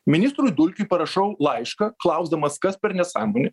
ministrui dulkiui parašau laišką klausdamas kas per nesąmonė